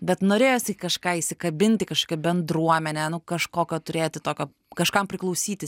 bet norėjosi kažką įsikabint į kažkokią bendruomenę nu kažkokio turėti tokio kažkam priklausyti